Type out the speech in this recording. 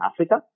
Africa